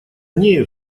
нею